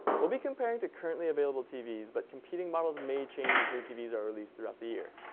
we'll be comparing to currently available tvs but competing models may change as new tvs are released throughout the year.